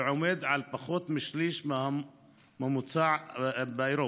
ועומד על פחות משליש מהממוצע באירופה.